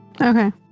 Okay